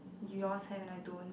yours have and I don't